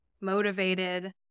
motivated